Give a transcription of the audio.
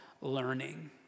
learning